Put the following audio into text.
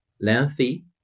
lengthy